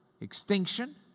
extinction